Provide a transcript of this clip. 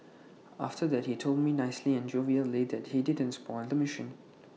after that he told me nicely and jovially that he didn't spoil the machine